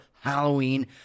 halloween